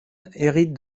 hérite